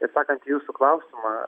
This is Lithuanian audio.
etsakant į jūsų klausimą